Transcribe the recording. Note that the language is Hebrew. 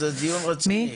דיון רציני,